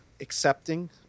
accepting